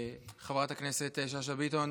חברת הכנסת יפעת שאשא ביטון,